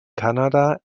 kanada